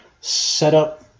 setup